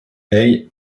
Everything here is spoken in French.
hey